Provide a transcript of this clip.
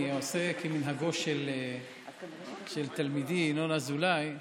אני עושה כמנהגו של תלמידי ינון אזולאי,